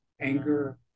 anger